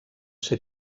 ser